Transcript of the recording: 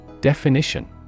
Definition